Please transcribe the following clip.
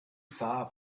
far